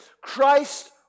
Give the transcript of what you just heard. Christ